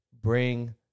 bring